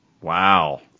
Wow